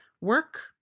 Work